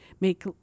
Make